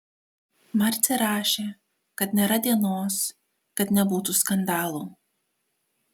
marcė rašė kad nėra dienos kad nebūtų skandalų